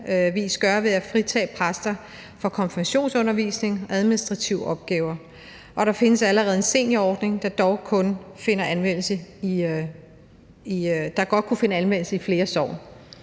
f.eks. gøre ved at fritage præster fra konfirmationsundervisning og administrative opgaver. Og der findes allerede en seniorordning, der godt kunne finde anvendelse i flere sogn.